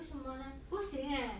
为什么 leh 不行 leh